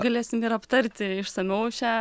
galėsim ir aptarti išsamiau šią